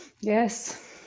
Yes